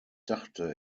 dachte